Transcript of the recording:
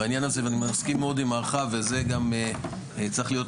בעניין הזה ואני מסכים מאוד עם הרווחה וזה גם צריך להיות,